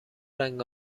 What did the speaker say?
رنگ